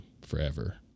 forever